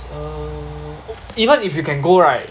err oo even if you can go right